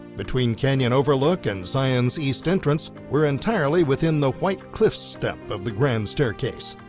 between canyon overlook and zions east entrance, we're entirely within the white cliffs step of the grand staircase.